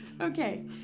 okay